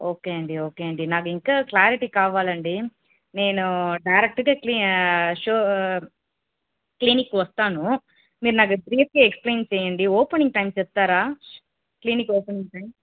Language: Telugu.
ఓకే అండి ఓకే అండి నాకు ఇంకా క్లారిటీ కావాలండి నేను డైరెక్ట్గా క్లి షో క్లినిక్కి వస్తాను మీరు నాకు బ్రీఫ్గా ఎక్స్ప్లయిన్ చెయ్యండి ఓపెనింగ్ టైమ్ చెప్తారా క్లినిక్ ఓపెనింగ్ టైమ్